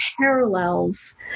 parallels